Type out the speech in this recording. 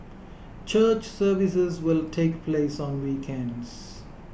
church services will take place on weekends